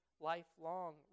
lifelong